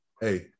Hey